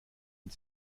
und